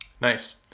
Nice